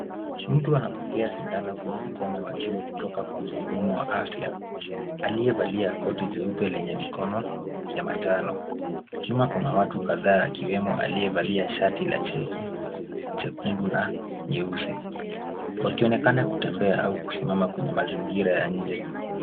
Mtu anapokea sindano kwenye mkono wa juu kutoka kwa mhudumu wa afya aliyevalia koti jeupe lenye mikono ya manjano. Nyuma kuna watu kadhaa akiwemo aliyevalia shati la cheki chekundu na nyeusi wakionekana kutembea au kusimama kwenye mazingira ya nje.